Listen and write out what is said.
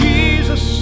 Jesus